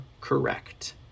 correct